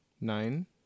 nine